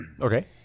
Okay